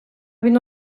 він